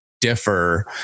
differ